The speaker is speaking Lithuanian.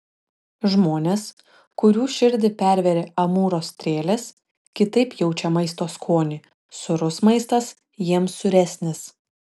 žmonės kurių širdį pervėrė amūro strėlės kitaip jaučią maisto skonį sūrus maistas jiems sūresnis